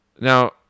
Now